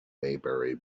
maybury